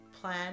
plan